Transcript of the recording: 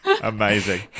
Amazing